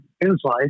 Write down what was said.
inside